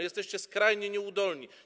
Jesteście skrajnie nieudolni.